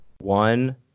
one